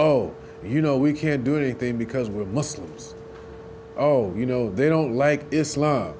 oh you know we can't do anything because we're muslims oh you know they don't like is